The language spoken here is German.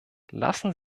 lassen